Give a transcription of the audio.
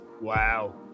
wow